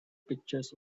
pictures